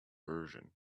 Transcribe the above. version